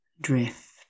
drift